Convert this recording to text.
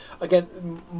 Again